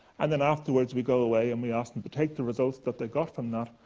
and then afterwards, we go away, and we ask them to take the results that they got from that,